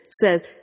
says